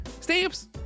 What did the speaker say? Stamps